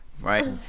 Right